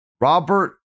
Robert